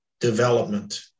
development